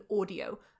audio